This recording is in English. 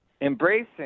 embracing